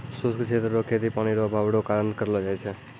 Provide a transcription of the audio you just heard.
शुष्क क्षेत्र रो खेती पानी रो अभाव रो कारण करलो जाय छै